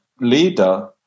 leader